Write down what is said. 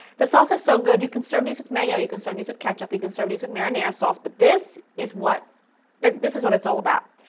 the sauce is so good you can serve these with mayo, you can serve these with ketchup, you can serve these with marinara sauce but this is what this is what it's all about.